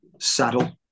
saddle